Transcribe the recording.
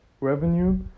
revenue